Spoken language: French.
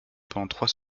pendant